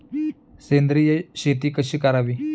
सेंद्रिय शेती कशी करावी?